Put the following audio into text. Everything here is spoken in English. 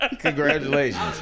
Congratulations